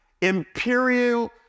imperial